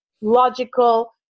logical